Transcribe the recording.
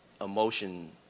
emotion